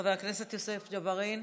חבר הכנסת יוסף ג'בארין,